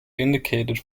indicated